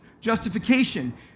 justification